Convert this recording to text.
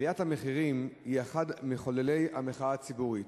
עליית המחירים היא אחד ממחוללי המחאה הציבורית.